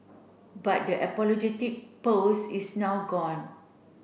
but the apologetic post is now gone